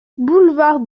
boulevard